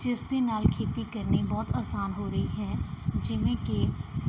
ਜਿਸ ਦੇ ਨਾਲ ਖੇਤੀ ਕਰਨੀ ਬਹੁਤ ਆਸਾਨ ਹੋ ਰਹੀ ਹੈ ਜਿਵੇਂ ਕਿ